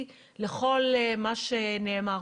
וכל אחד יעשה את החשבון שלו אם הוא רוצה לפרוש או להמשיך